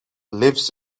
lives